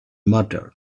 muttered